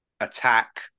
attack